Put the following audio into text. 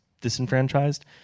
disenfranchised